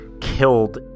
killed